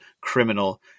criminal